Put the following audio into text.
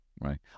right